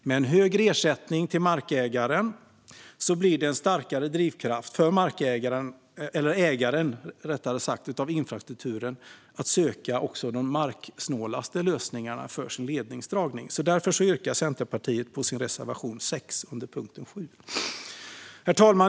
Med en högre ersättning till markägaren blir det en starkare drivkraft för ägaren av infrastrukturen att söka de marksnålaste lösningarna för sin ledningsdragning. Därför yrkar Centerpartiet bifall till sin reservation 6 under punkt 7. Herr talman!